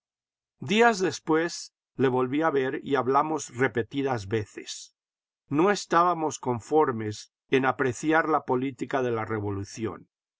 días después le volví a ver y hablamos repetidas veces no estábamos conformes en apreciar la política de la revolución